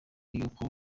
y’uko